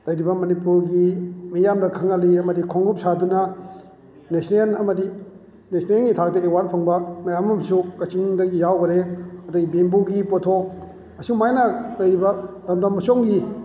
ꯂꯩꯔꯤꯕ ꯃꯅꯤꯄꯨꯔꯒꯤ ꯃꯤꯌꯥꯝꯗ ꯈꯪꯍꯜꯂꯤ ꯑꯃꯗꯤ ꯈꯣꯡꯎꯞ ꯁꯥꯗꯨꯅ ꯅꯦꯁꯅꯦꯜ ꯑꯃꯗꯤ ꯅꯦꯁꯅꯦꯜꯒꯤ ꯊꯥꯛꯇ ꯑꯦꯋꯥꯔꯠ ꯐꯪꯕ ꯃꯌꯥꯝ ꯑꯃꯁꯨ ꯀꯛꯆꯤꯡꯗꯒꯤ ꯌꯥꯎꯈꯔꯦ ꯑꯗꯨꯗꯩ ꯕꯦꯝꯕꯨꯒꯤ ꯄꯣꯊꯣꯛ ꯑꯁꯨꯃꯥꯏꯅ ꯂꯩꯔꯤꯕ ꯂꯝꯗꯝ ꯑꯁꯣꯝꯒꯤ